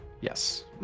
Yes